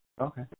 Okay